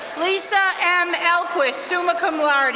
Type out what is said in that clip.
lisa m. elquis, summa cum laude,